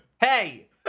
hey